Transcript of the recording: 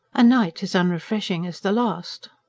a night as unrefreshing as the last.